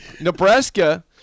Nebraska